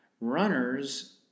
runners